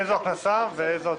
איזו הכנסה ואיזו הוצאה?